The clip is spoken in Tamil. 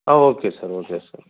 ah okay sir okay sir